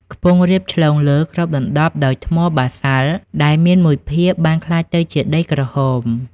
ខ្ពង់រាបឆ្លងលើ គ្របដណ្តប់ដោយថ្មបាសាល់ ដែលមានមួយភាគបាន ក្លាយទៅជាដីក្រហម ។